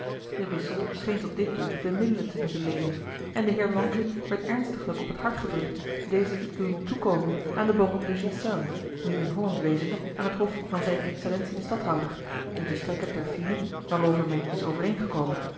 de wissel scheen tot dit doel de middelen te moeten leenen en den heer lonchyn werd ernstiglijk op het hart gedrukt dezen te doen toekomen aan den baron de ghiselles nu in holland wezende aan t hof van zijne excellentie den stadhouder om te strekken ter fine waarover men is overeengekomen